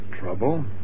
trouble